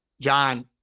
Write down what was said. John